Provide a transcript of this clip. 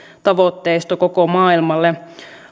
tavoitteisto koko maailmalle